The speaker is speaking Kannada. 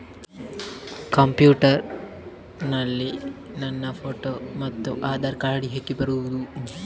ಕಂಪ್ಯೂಟರ್ ನಲ್ಲಿ ನನ್ನ ಫೋಟೋ ಮತ್ತು ಆಧಾರ್ ಕಾರ್ಡ್ ಹೇಗೆ ಹಾಕುವುದು?